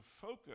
focus